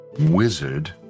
wizard